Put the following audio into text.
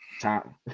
time